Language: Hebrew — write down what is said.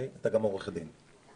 אתה גם עורך דין.